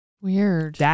Weird